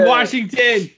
Washington